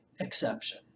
exception